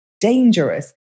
dangerous